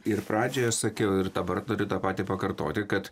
ir pradžioje sakiau ir dabar turiu tą patį pakartoti kad